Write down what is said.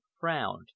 frowned